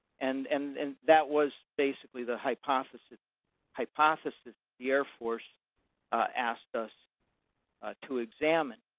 and and and that was basically the hypothesis hypothesis the air force asked us to examine.